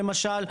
למשל,